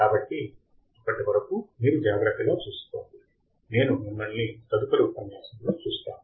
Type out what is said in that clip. కాబట్టి అప్పటి వరకు మీరు జాగ్రత్తగా చూసుకోండి నేను మిమ్మల్ని తదుపరి ఉపన్యాసంలో చూస్తాను